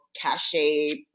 cachet